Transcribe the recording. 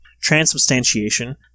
transubstantiation